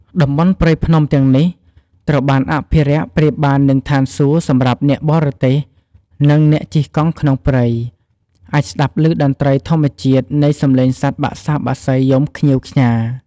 តំបន់ព្រៃភ្នំទាំងនេះត្រូវបានអភរិក្សប្រៀបបាននឹងឋានសួគ៌សម្រាប់អ្នកបររទេសនិងអ្នកជិះកង់ក្នុងព្រៃ អាចស្តាប់ឭតន្រ្តីធម្មជាតិ នៃសម្លេងសត្វបក្សាបក្សីយំខ្ញៀវខ្ញា។